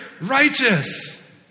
righteous